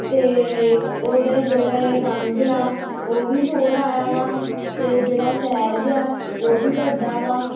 ਅਤੇ ਉਹਦੇ ਜਿਹੜੇ ਰੰਗ ਆ ਉਹ ਵੀ ਹੋਰ ਆਇਆ ਵਾ ਅਤੇ ਜਿਹੜਾ ਸਾਈਜ਼ ਆ ਉਹ ਵੀ ਵੱਡਾ ਵਾ